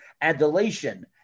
adulation